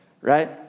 right